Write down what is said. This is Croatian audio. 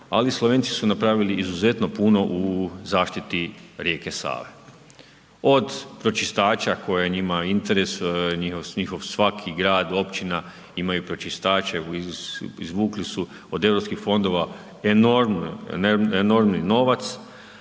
ali Slovenci su napravili izuzetno puno u zaštiti rijeke Save. Od pročistača koje ima interes, njihov svaki grad, općina imaju pročistače, izvukli su od EU fondova enormni novac,